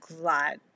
glad